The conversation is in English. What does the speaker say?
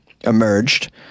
emerged